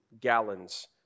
gallons